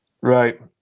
Right